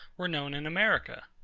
were known in america.